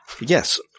Yes